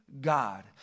God